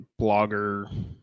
blogger